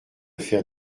faire